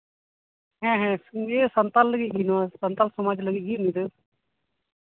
ᱦᱮᱸ ᱦᱮᱸ ᱮᱠᱮᱱᱜᱮ ᱥᱟᱱᱛᱟᱞ ᱞᱟᱹᱜᱤᱫ ᱜᱮ ᱱᱚᱣᱟ ᱥᱟᱱᱛᱟᱞ ᱥᱚᱢᱟᱡᱽ ᱞᱟᱹᱜᱤᱫ ᱜᱮ ᱩᱱᱤᱫᱚ